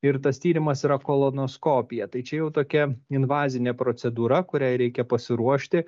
ir tas tyrimas yra kolonoskopija tai čia jau tokia invazinė procedūra kuriai reikia pasiruošti